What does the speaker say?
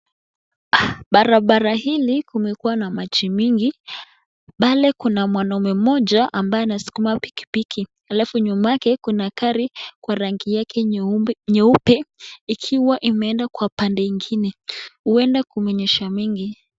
Barabara hili, kumekua na machi mingi, bale kuna mwanaume mmoja, ambaye anasukuma pikipiki, alafu nyuma yake kuna kari, kwa rangi yake nyeube, nyeupe, ikiwa imeenda kwa pande ingine, huenda kumenyesha mingi.